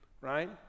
right